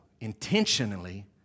intentionally